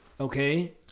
Okay